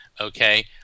okay